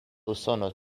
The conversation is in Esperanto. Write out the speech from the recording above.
usono